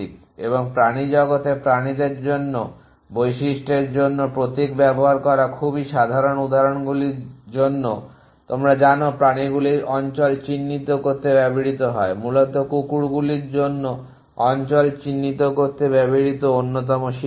এবং প্রাণীজগতে প্রাণীদের জন্য বৈশিষ্ট্যের জন্য প্রতীক ব্যবহার করা খুবই সাধারণ উদাহরণগুলির জন্য তোমরা জানো যে প্রাণীগুলি অঞ্চল চিহ্নিত করতে ব্যবহৃত হয় মূলত কুকুরগুলি অঞ্চল চিহ্নিত করতে ব্যবহৃত অন্যতম শিকারী